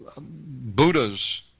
Buddhas